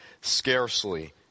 Scarcely